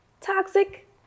toxic